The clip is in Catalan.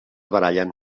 barallen